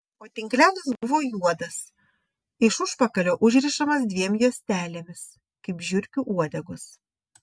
o tinklelis buvo juodas iš užpakalio užrišamas dviem juostelėmis kaip žiurkių uodegos